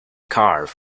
carve